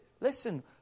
Listen